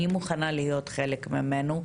אני מוכנה להיות חלק ממנו,